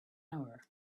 hour